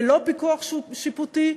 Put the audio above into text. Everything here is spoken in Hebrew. ללא פיקוח שיפוטי,